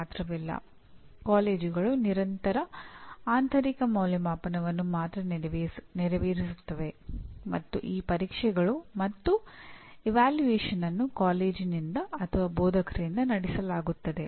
ಪದವಿಪೂರ್ವ ಕಾರ್ಯಕ್ರಮದಿಂದ ಹೊರಬರುವ ಸಿವಿಲ್ ಎಂಜಿನಿಯರಿಂಗ್ ಪದವೀಧರರು ಯಾವ ರೀತಿಯ ಕೆಲಸಗಳನ್ನು ಮಾಡಲು ಸಮರ್ಥರಾಗಿರಬೇಕು